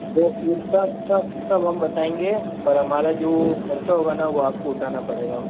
वो इसका सब सब हम बताएंगे पर हमारा जो ख़र्च हुआ ना वो आपको उठाना पड़ेगा